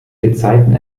gezeiten